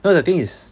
cause the thing is